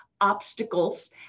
obstacles